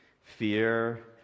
fear